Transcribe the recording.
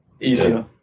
easier